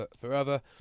forever